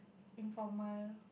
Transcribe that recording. informal